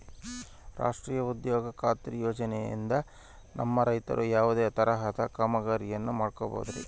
ರಾಷ್ಟ್ರೇಯ ಉದ್ಯೋಗ ಖಾತ್ರಿ ಯೋಜನೆಯಿಂದ ನಮ್ಮ ರೈತರು ಯಾವುದೇ ತರಹದ ಕಾಮಗಾರಿಯನ್ನು ಮಾಡ್ಕೋಬಹುದ್ರಿ?